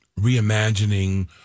reimagining